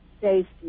safety